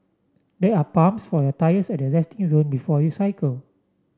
there are pumps for your tyres at the resting zone before you cycle